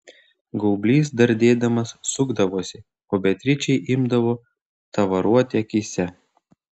gaublys dardėdamas sukdavosi o beatričei imdavo tavaruoti akyse